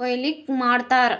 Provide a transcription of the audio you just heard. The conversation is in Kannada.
ಕೊಯ್ಲಿ ಮಾಡ್ತರ್